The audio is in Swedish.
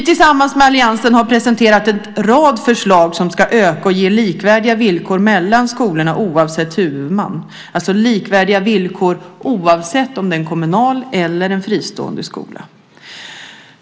Tillsammans med den övriga alliansen har vi presenterat en rad förslag som ska ge likvärdiga villkor mellan skolorna oavsett huvudman, alltså likvärdiga villkor oavsett om det är en kommunal eller en fristående skola.